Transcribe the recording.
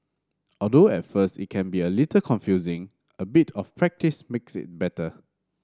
although at first it can be a little confusing a bit of practise makes it better